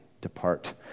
depart